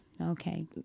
okay